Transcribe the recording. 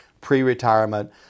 pre-retirement